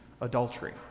adultery